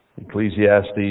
Ecclesiastes